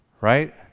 right